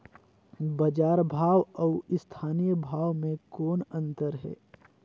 बजार भाव अउ स्थानीय भाव म कौन अन्तर हे?